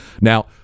Now